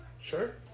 Sure